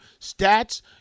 stats